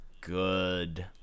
good